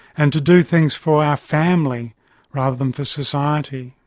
and to do things for our family rather than for society.